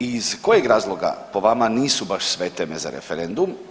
Iz kojeg razloga po vama nisu baš sve teme za referendum?